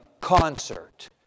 concert